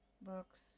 books